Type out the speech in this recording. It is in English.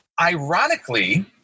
ironically